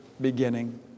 beginning